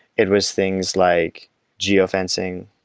it was things like geo-fencing,